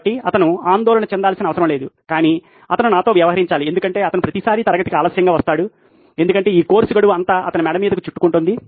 కాబట్టి అతను ఆందోళన చెందాల్సిన అవసరం లేదు కాని అతను నాతో వ్యవహరించాలి ఎందుకంటే అతను ప్రతిసారీ తరగతికి ఆలస్యంగా వస్తాడు ఎందుకంటే ఈ కోర్సు గడువు అంతా అతని మెడకు చుట్టుకుంటోంది